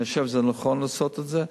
אני חושב שנכון לעשות את זה.